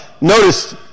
Notice